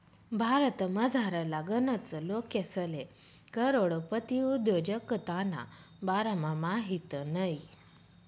भारतमझारला गनच लोकेसले करोडपती उद्योजकताना बारामा माहित नयी